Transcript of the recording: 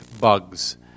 bugs